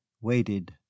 waited